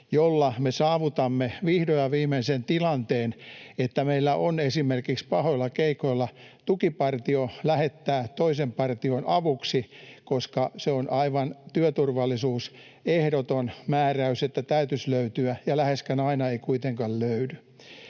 jolla me saavutamme vihdoin ja viimein sen tilanteen, että meillä on esimerkiksi pahoilla keikoilla tukipartio lähettää toisen partion avuksi, koska se on aivan ehdoton työturvallisuusmääräys, että se täytyisi löytyä, ja läheskään aina ei kuitenkaan löydy.